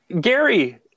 Gary